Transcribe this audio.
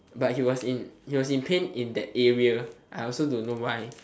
but he was in he was in pain in that area I also don't know why